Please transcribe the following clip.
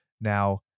Now